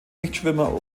nichtschwimmer